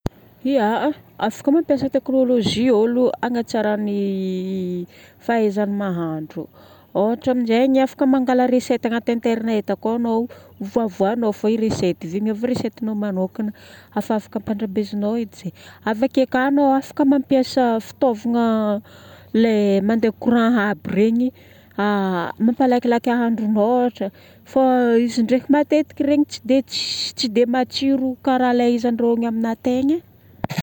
Ya. Afa- afaka mampiasa technologie olo hagnatsarany fahaizany mahandro. Ôhatra amin'izegny afaka mangala recette agnaty internet akao anao fa ovanao fô i recette. Ave igny amin'izay recette-nao manokagna. Afa afaka ampandrahabezinao edy. Avake koa anao afaka mampiasa fitaovagna lay mandeha courant aby regny mampalakilaky ahandronao ôhatra. Fô izy ndraiky matetiky regny tsy dia tss- tsy dia matsiro karaha lay izy andrahoigna amin'ataigny.